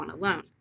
alone